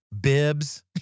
bibs